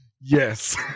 yes